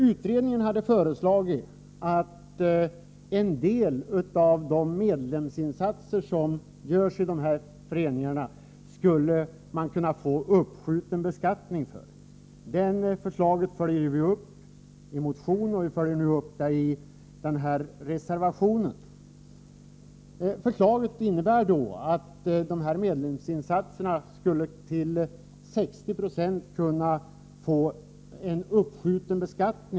Utredningen hade föreslagit att man skulle medge uppskjuten beskattning för en del av de medlemsinsatser som görs i dessa föreningar. Det förslaget följer vi upp i en motion och i den här reservationen. Förslaget innebär att man skulle medge uppskjuten beskattning till 60 96 av dessa medlemsinsatser.